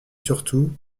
surtout